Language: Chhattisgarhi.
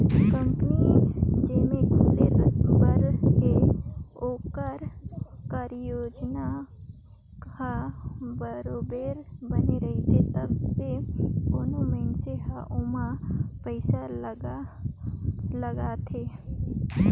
कंपनी जेन खुले बर हे ओकर कारयोजना हर बरोबेर बने रहथे तबे कोनो मइनसे हर ओम्हां पइसा ल लगाथे